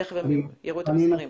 עוד מעט הם יראו את המספרים.